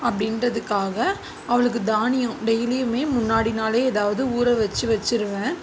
அப்படின்றதுக்காக அவளுக்கு தானியம் டெய்லியுமே முன்னாடி நாளே ஏதாவது ஊற வச்சு வச்சுருவேன்